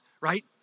right